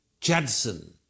Judson